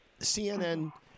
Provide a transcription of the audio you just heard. CNN